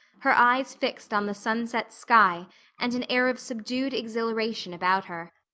her eyes fixed on the sunset sky and an air of subdued exhilaration about her.